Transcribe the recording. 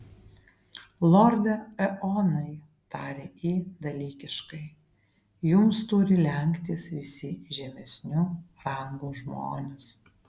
lorde eonai tarė ji dalykiškai jums turi lenktis visi žemesnių rangų žmonės